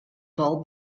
tal